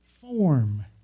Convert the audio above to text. form